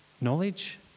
knowledge